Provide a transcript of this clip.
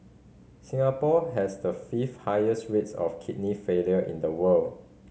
Singapore has the fifth highest rates of kidney failure in the world